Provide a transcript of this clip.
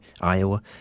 Iowa